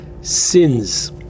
sins